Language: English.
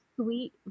sweet